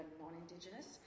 non-Indigenous